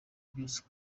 byose